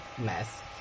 mess